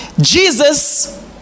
Jesus